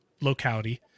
locality